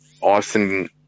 Austin